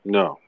no